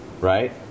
right